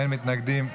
אין מתנגדים,